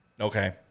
Okay